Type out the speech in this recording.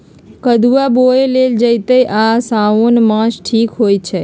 कदुआ बोए लेल चइत आ साओन मास ठीक होई छइ